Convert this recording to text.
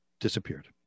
disappeared